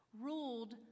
ruled